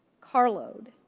carload